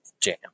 jam